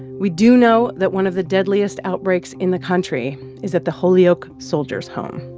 we do know that one of the deadliest outbreaks in the country is at the holyoke soldiers' home.